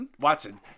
Watson